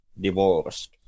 divorced